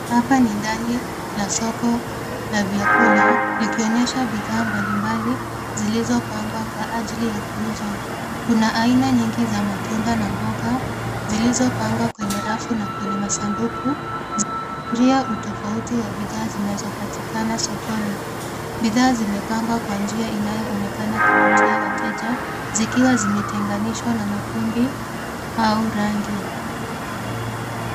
Hapa ni ndani la soko la vyakula likionyesha bidhaa mbalimbali zilizopangwa kwa ajili ya kuuzwa. Kuna aina nyingi za matunda na mboga zilizopangwa kwenye rafu na kwenye masanduku zikiashiria utofauti wa bidhaa zinazopatikana sokoni. Bidhaa zimepangwa kwa njia inayoonekana kuvutia wateja zikiwa zimetenganishwa na makundi au rangi.